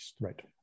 Right